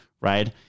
right